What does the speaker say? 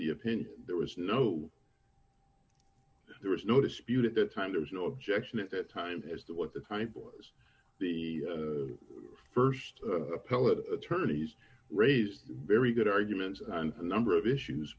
the opinion there was no there was no dispute at that time there was no objection at that time as to what the type was the st appellate attorneys raised very good arguments on a number of issues